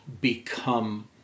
become